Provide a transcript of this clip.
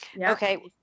Okay